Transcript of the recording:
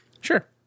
Sure